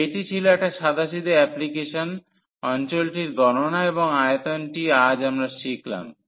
তবে এটি ছিল একটি সাদাসিধা অ্যাপ্লিকেশন ছিল অঞ্চলটির গণনা এবং আয়তনটি আমরা আজ শিখলাম